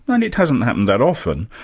and it hasn't happened that often,